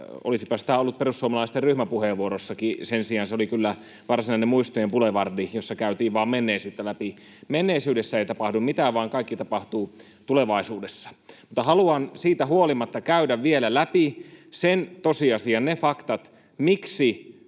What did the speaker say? Olisipa sitä ollut perussuomalaisten ryhmäpuheenvuorossakin — sen sijaan se oli kyllä varsinainen muistojen bulevardi, jossa käytiin vain menneisyyttä läpi. Menneisyydessä ei tapahdu mitään, vaan kaikki tapahtuu tulevaisuudessa. Mutta haluan siitä huolimatta käydä vielä läpi sen tosiasian, ne faktat, miksi